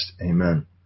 Amen